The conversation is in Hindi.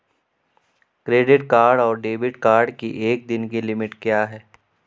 क्रेडिट कार्ड और डेबिट कार्ड की एक दिन की लिमिट क्या है?